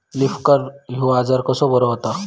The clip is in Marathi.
लीफ कर्ल ह्यो आजार कसो बरो व्हता?